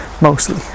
mostly